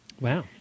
Wow